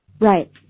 Right